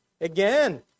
Again